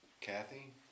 Kathy